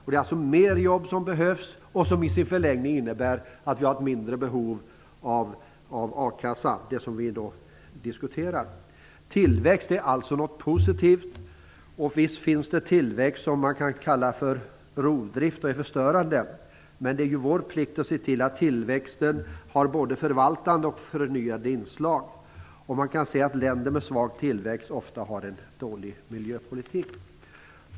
Det är alltså mer jobb som behövs, som i sin förlängning innebär mindre behov av a-kassa, det som vi nu diskuterar. Tillväxt är alltså något positivt. Visst finns det tillväxt som man kan kalla för rovdrift och som är förstörande, men det är ju vår plikt att se till att tillväxten har både förvaltande och förnyande inslag. Man kan se att länder med svag tillväxt ofta har en dålig miljöpolitik.